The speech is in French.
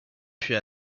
puis